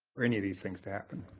or any of these things to happen.